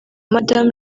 madamu